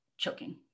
choking